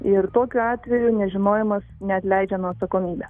ir tokiu atveju nežinojimas neatleidžia nuo atsakomybė